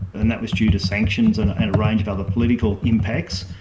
and that was due to sanctions and and a range of other political impacts,